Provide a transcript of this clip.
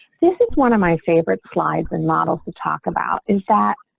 this is one of my favorite slides and models to talk about is that,